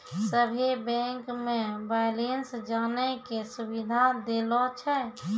सभे बैंक मे बैलेंस जानै के सुविधा देलो छै